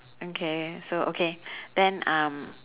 okay so okay then um